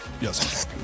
Yes